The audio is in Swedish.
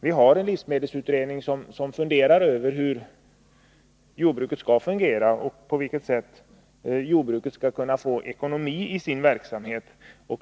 nu en livsmedelsutredning och funderar över hur jordbruket skall fungera och på vilket sätt jordbruket skall kunna få ekonomi i sin verksamhet.